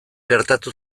gertatu